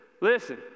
listen